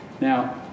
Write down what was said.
Now